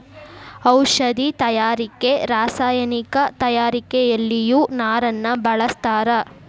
ಔಷದಿ ತಯಾರಿಕೆ ರಸಾಯನಿಕ ತಯಾರಿಕೆಯಲ್ಲಿಯು ನಾರನ್ನ ಬಳಸ್ತಾರ